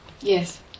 Yes